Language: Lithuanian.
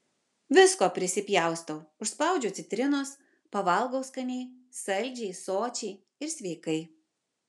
visko prisipjaustau užspaudžiu citrinos pavalgau skaniai saldžiai sočiai ir sveikai